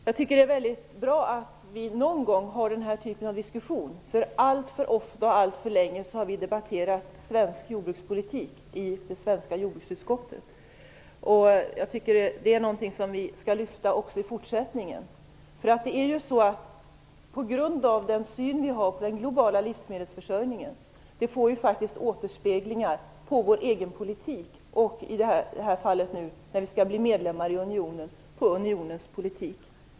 Fru talman! Jag tycker att det är bra att vi någon gång har denna diskussion. Alltför ofta och alltför länge har vi debatterat svensk jordbrukspolitik i det svenska jordbruksutskottet. Vi skall lyfta fram denna diskussion även i fortsättningen. Den syn vi har på den globala livsmedelsförsörjningen får faktiskt återspeglingar på vår egen politik, och i det här fallet, när vi skall bli medlemmar i unionen, på unionens politik.